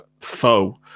foe